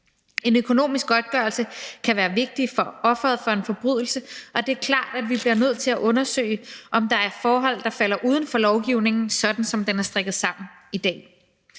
En økonomisk godtgørelse kan hjælpe offeret for en forbrydelse, og det er klart, at vi bliver nødt til at undersøge, om der er forhold, der falder uden for lovgivningen, sådan som den er strikket sammen i dag.